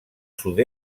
sud